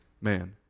man